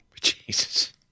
Jesus